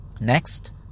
Next